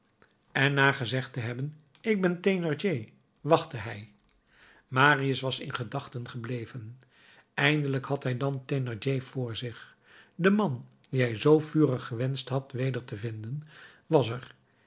en na gezegd te hebben ik ben thénardier wachtte hij marius was in gedachten gebleven eindelijk had hij dan thénardier voor zich de man dien hij zoo vurig gewenscht had weder te vinden was er